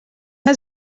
nka